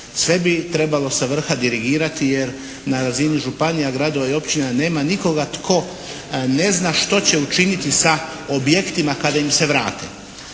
Sve bi trebalo sa vrha dirigirati jer na razini županija, gradova i općina nema nikoga tko ne zna što će učiniti sa objektima kada im se vrate.